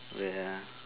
wait uh